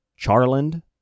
Charland